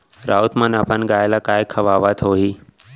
राउत मन अपन गाय ल काय खवावत होहीं